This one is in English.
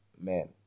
man